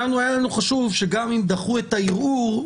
היה לנו חשוב שגם אם דחו את הערעור,